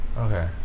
Okay